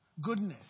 Goodness